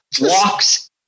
walks